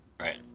Right